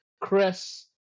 Chris